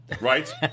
Right